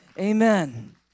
Amen